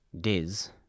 Diz